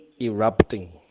erupting